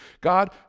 God